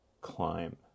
climb